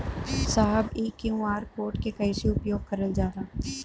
साहब इ Q R code के कइसे उपयोग करल जाला?